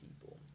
people